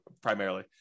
primarily